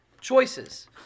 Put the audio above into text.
choices